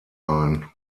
ein